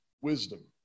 wisdom